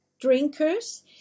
drinkers